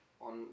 on